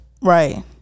Right